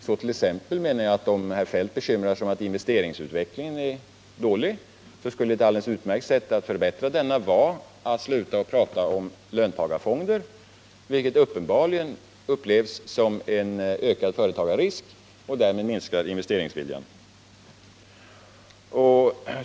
Så t.ex. menar jag att om herr Feldt bekymrar sig om att investeringsutvecklingen är dålig, så skulle ett alldeles utmärkt sätt att förbättra denna vara att sluta prata om löntagarfonder, vilket uppenbarligen upplevs som en ökad företagarrisk och därmed minskar investeringsviljan.